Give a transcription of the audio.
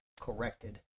corrected